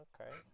Okay